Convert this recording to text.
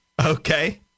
okay